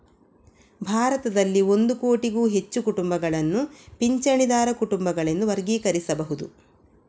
ಭಾರತದಲ್ಲಿ ಒಂದು ಕೋಟಿಗೂ ಹೆಚ್ಚು ಕುಟುಂಬಗಳನ್ನು ಪಿಂಚಣಿದಾರ ಕುಟುಂಬಗಳೆಂದು ವರ್ಗೀಕರಿಸಬಹುದು